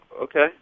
Okay